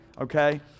okay